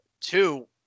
Two